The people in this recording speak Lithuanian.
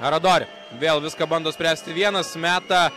aradori vėl viską bando spręsti vienas meta